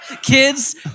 Kids